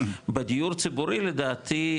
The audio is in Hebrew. בדיור ציבורי לדעתי,